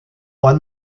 juan